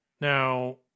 Now